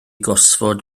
gosford